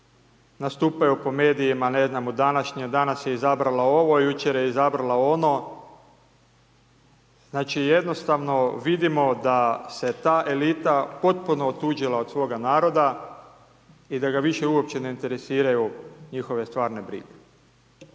nastupaju po medijima ne znam, danas je izabrala ovo, jučer je izabrala ono. Znači, jednostavno vidimo da se ta elita potpuno otuđila od svoga naroda i da ga više uopće ne interesiraju njihove stvarne brige.